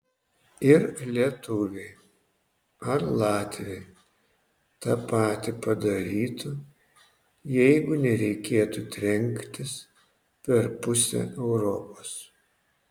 ir lietuviai ar latviai tą patį padarytų jeigu nereikėtų trenktis per pusę europos